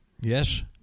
Yes